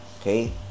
okay